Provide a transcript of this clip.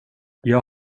jag